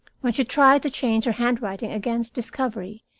when she tried to change her handwriting against discovery,